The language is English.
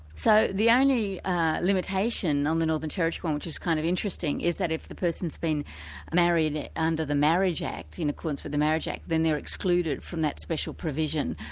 so the only limitation on the northern territory law um which is kind of interesting, is that if the person's been married under the marriage act in accordance with the marriage act, then they're excluded from that special provision.